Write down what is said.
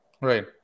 Right